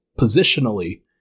positionally